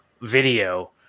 video